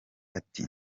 ati